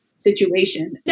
Situation